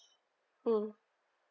mm